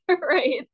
right